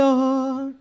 Lord